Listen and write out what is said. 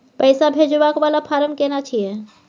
पैसा भेजबाक वाला फारम केना छिए?